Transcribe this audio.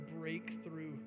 breakthrough